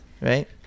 right